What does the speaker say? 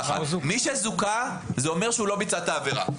הוא לא ביצע את העבירה.